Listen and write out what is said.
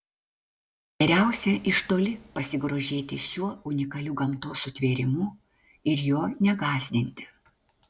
geriausia iš toli pasigrožėti šiuo unikaliu gamtos sutvėrimu ir jo negąsdinti